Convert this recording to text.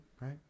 right